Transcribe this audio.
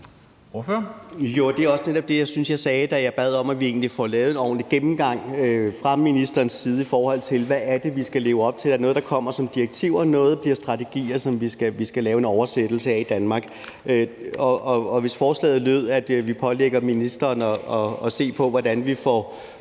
det er også netop det, jeg synes jeg sagde, da jeg bad om, at vi egentlig får lavet en ordentlig gennemgang fra ministerens side, i forhold til hvad det er, vi skal leve op til – noget kommer som direktiver, og noget bliver strategier, som vi skal lave en oversættelse af i Danmark. Hvis forslaget lød, at vi pålægger ministeren at se på, hvordan vi får